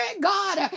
God